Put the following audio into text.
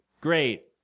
Great